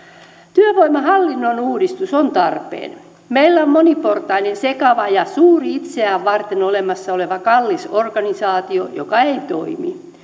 työvoimahallinnon uudistus on tarpeen meillä on moniportainen sekava ja suuri itseään varten olemassa oleva kallis organisaatio joka ei toimi